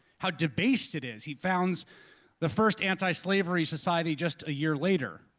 how debased it is, he founds the first anti-slavery society just a year later.